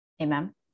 Amen